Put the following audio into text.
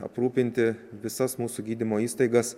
aprūpinti visas mūsų gydymo įstaigas